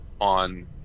on